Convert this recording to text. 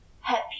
happy